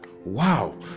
Wow